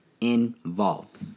involved